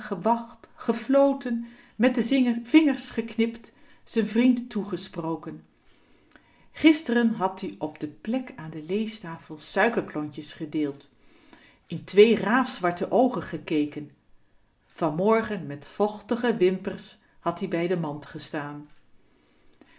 gewacht gefloten met de vingers geknipt z'n vriend toegesproken gister had-ie op de plek aan de leestafel suikerklontjes gedeeld in twee raaf zwarte oogen gekeken vanmorgen met vochtige wimpers had-ie bij de mand gestaan